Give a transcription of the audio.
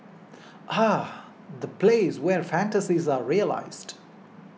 ah the place where fantasies are realised